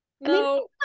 No